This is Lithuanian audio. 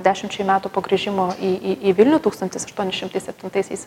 dešimčiai metų po grįžimo į į į vilnių tūkstantis aštuoni šimtai septintaisiais